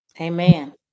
Amen